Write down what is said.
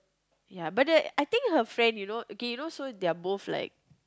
ya but the I think her friend you know K so their both like